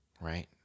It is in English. right